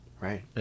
right